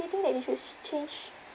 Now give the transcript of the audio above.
they think that they should change